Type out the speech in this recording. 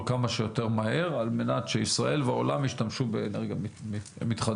כמה שיותר מהר על מנת שישראל והעולם ישתמשו באנרגיה מתחדשת.